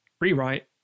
rewrite